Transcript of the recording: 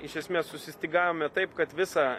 iš esmės susistygavome taip kad visą